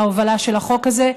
ההובלה של החוק הזה.